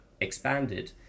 expanded